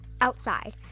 outside